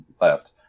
left